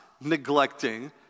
neglecting